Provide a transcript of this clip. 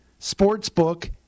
sportsbook